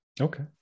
Okay